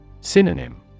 Synonym